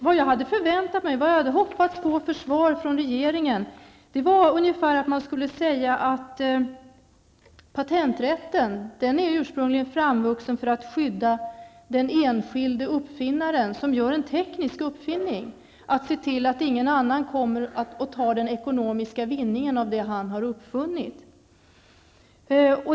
Vad jag hade hoppats på för svar från regeringen var ungefär att man skulle säga att patenträtten ursprungligen är framvuxen för att skydda den enskilde uppfinnaren som gör en teknisk uppfinning, för att se till att ingen annan kommer och tar den ekonomiska vinningen av det som han har uppfunnit.